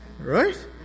Right